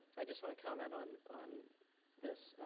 i just want to comment on on this.